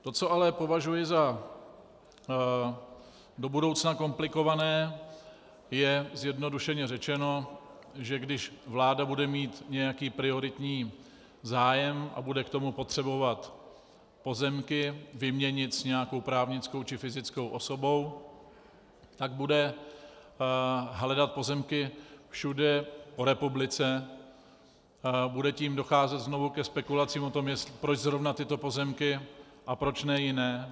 To, co ale považuji do budoucna za komplikované, je, zjednodušeně řečeno, že když vláda bude mít nějaký prioritní zájem a bude k tomu potřebovat pozemky vyměnit s nějakou právnickou či fyzickou osobou, tak bude hledat pozemky všude po republice, bude tím docházet znovu ke spekulacím o tom, proč zrovna tyto pozemky a proč ne jiné.